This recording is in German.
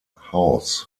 house